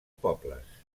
pobles